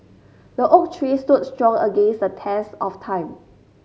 the oak tree stood strong against the test of time